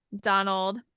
Donald